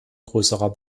größerer